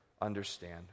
understand